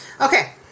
Okay